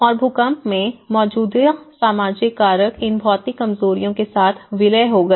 और भूकंप में मौजूदा सामाजिक कारक इन भौतिक कमजोरियों के साथ विलय हो गए